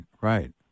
right